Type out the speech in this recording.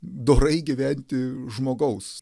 dorai gyventi žmogaus